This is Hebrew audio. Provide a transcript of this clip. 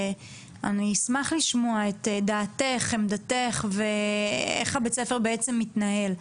אני אשמח לשמוע את דעתך/ עמדתך ואיך הבית ספר בעצם מתנהל?